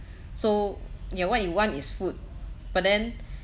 so ya what you want is food but then